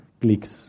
clicks